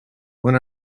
when